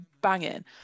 banging